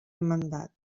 mandat